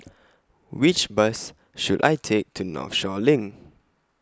Which Bus should I Take to Northshore LINK